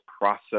process